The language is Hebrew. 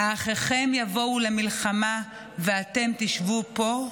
"האחיכם יבֹאוּ למלחמה ואתם תשבו פה?"